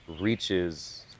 reaches